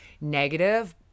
negative